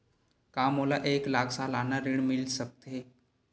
का मोला एक लाख सालाना ऋण मिल सकथे?